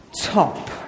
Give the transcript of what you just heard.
top